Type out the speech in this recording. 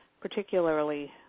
Particularly